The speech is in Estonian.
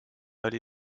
oli